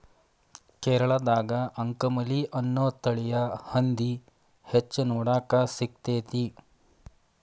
ಕೇರಳದಾಗ ಅಂಕಮಲಿ ಅನ್ನೋ ತಳಿಯ ಹಂದಿ ಹೆಚ್ಚ ನೋಡಾಕ ಸಿಗ್ತೇತಿ